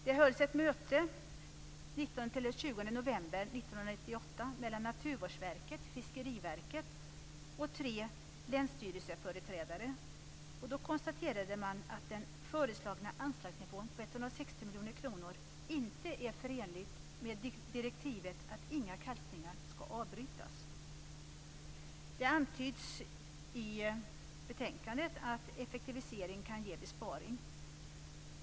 Det hölls ett möte den 19-20 november 1998 mellan Naturvårdsverket, Fiskeriverket och tre länsstyrelseföreträdare. Då konstaterade man att den föreslagna anslagsnivån på 160 miljoner kronor inte är förenlig med direktivet, att inga kalkningar skall avbrytas. Det antyds i betänkandet att effektivisering kan ge besparing.